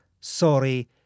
sorry